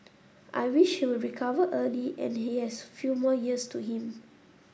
I wish he will recover early and he has few more years to him